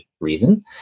reason